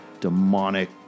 demonic